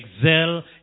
excel